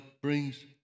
brings